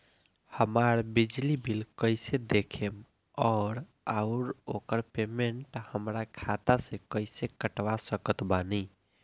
हमार बिजली बिल कईसे देखेमऔर आउर ओकर पेमेंट हमरा खाता से कईसे कटवा सकत बानी?